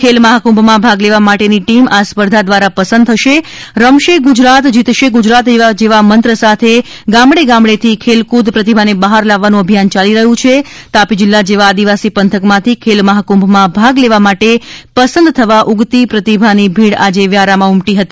ખભમહાકુંભમાં ભાગ લખ્યા આભાર નિહારીકા રવિયા માટેની ટીમ આ સ્પર્ધા દ્વારા પસંદ થશ રમશ ગુજરાત જીતશ ગુજરાત જેવા મંત્ર સાથ ગામડે ગામડેથી ખલ્મફૂદ પ્રતિભાન બહાર લાવવાનું અભિયાન યાલી રહ્યું છા તાપી જીલ્લા જેવા આદિવાસી પંથકમાંથી ખલમહાકુંભમાં ભાગ લપ્તા માટે પસંદ થવા ઊગતી પ્રતિભાની ભીડ આજે વ્યારામાં ઊમટી હતી